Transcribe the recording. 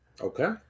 okay